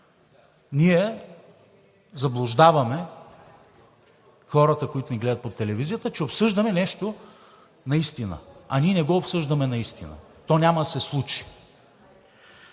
ние заблуждаваме хората, които ни гледат по телевизията, че обсъждаме нещо наистина. А ние не го обсъждаме наистина. То няма да се случи.